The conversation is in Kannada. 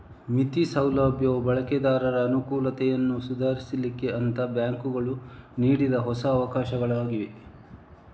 ಮಿತಿ ಸೌಲಭ್ಯವು ಬಳಕೆದಾರರ ಅನುಕೂಲತೆಯನ್ನ ಸುಧಾರಿಸ್ಲಿಕ್ಕೆ ಅಂತ ಬ್ಯಾಂಕುಗಳು ನೀಡಿದ ಹೊಸ ಅವಕಾಶವಾಗಿದೆ